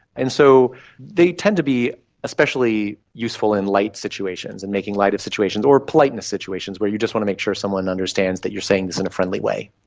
and so they tend to be especially useful in light situations and making light of situations or politeness situations where you just want to make sure someone understands that you are saying this in a friendly way.